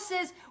says